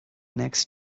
next